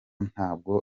ntabwo